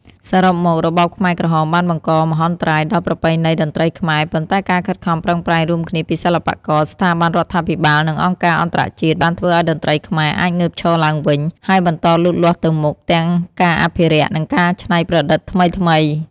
សរុបមក របបខ្មែរក្រហមបានបង្កមហន្តរាយដល់ប្រពៃណីតន្ត្រីខ្មែរ ប៉ុន្តែការខិតខំប្រឹងប្រែងរួមគ្នាពីសិល្បករ ស្ថាប័នរដ្ឋាភិបាល និងអង្គការអន្តរជាតិ បានធ្វើឱ្យតន្ត្រីខ្មែរអាចងើបឈរឡើងវិញ ហើយបន្តលូតលាស់ទៅមុខ ទាំងការអភិរក្ស និងការច្នៃប្រឌិតថ្មីៗ។